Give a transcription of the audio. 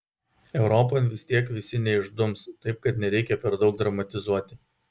europon vis tiek visi neišdums taip kad nereikia per daug dramatizuoti